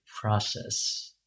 process